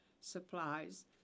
supplies